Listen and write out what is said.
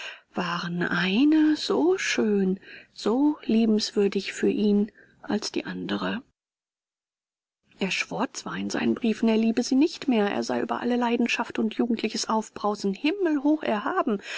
waren eine so schön so liebenswürdig für ihn als die andere er schwor zwar in seinen briefen er liebe sie nicht mehr er sei über alle leidenschaft und jugendliches aufbrausen himmelhoch erhaben